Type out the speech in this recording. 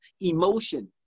emotion